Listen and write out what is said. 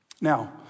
Now